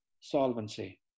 solvency